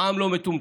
העם לא מטומטם.